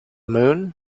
moon